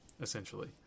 essentially